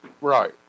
Right